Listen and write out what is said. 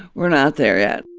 we're not there yet